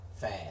fast